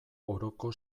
oroko